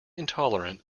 intolerant